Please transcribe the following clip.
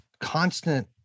constant